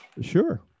Sure